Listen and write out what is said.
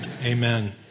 Amen